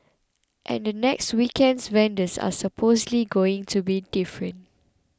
and the next weekend's vendors are supposedly going to be different